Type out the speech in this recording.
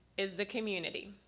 is the community.